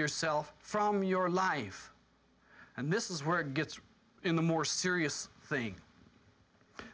yourself from your life and this is where it gets in the more serious thing